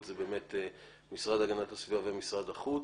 אלה באמת המשרד להגנת הסביבה ומשרד החוץ.